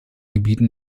gebieten